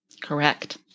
Correct